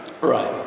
Right